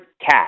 cat